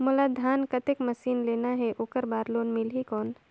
मोला धान कतेक मशीन लेना हे ओकर बार लोन मिलही कौन?